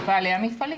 בעלי המפעלים.